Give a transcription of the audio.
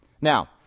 Now